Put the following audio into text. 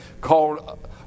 called